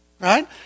right